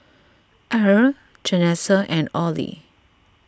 Irl Janessa and Orley